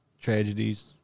tragedies